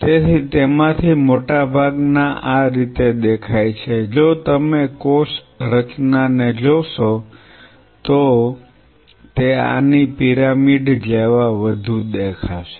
તેથી તેમાંથી મોટાભાગના આ રીતે દેખાય છે જો તમે કોષ રચના ને જોશો તો તે આની પિરામિડ જેવા વધુ દેખાશે